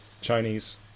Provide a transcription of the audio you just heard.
chinese